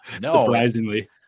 Surprisingly